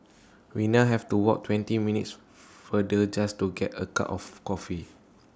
we now have to walk twenty minutes farther just to get A cup of coffee